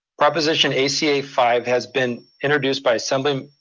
proposition a c a five has been introduced by assemblywoman,